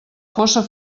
fossa